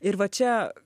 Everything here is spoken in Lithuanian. ir va čia